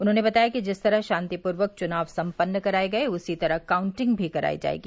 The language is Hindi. उन्होंने बताया कि जिस तरह शांतिपूर्वक चुनाव सम्पन्न कराये गर्य उसी तरह काउंटिंग भी कराई जायेगी